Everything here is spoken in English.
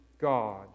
God